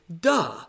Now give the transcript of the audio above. duh